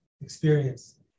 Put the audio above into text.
experience